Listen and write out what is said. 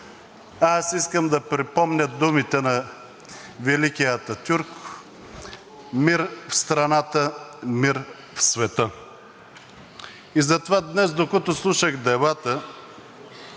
аз искам да припомня думите на великия Ататюрк: „Мир в страната, мир в света“. И затова днес, докато слушах дебата,